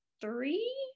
three